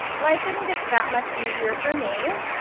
life didn't get that much easier for me.